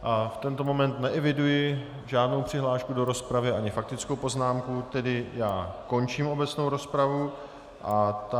V tento moment neeviduji žádnou přihlášku do rozpravy, ani faktickou poznámku, tedy obecnou rozpravu končím.